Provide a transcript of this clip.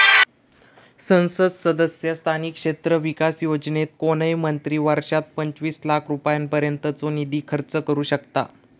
संसद सदस्य स्थानिक क्षेत्र विकास योजनेत कोणय मंत्री वर्षात पंचवीस लाख रुपयांपर्यंतचो निधी खर्च करू शकतां